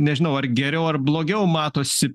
nežinau ar geriau ar blogiau matosi